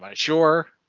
um sure.